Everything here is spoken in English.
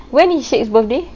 when is syed's birthday